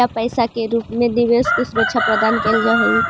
या पैसा के रूप में निवेश के सुरक्षा प्रदान कैल जा हइ